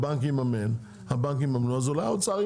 הבנקים יממנו ואם לא הבנקים, אז האוצר.